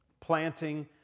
planting